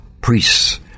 priests